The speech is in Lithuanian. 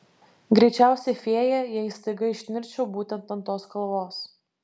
greičiausiai fėja jei staiga išnirčiau būtent ant tos kalvos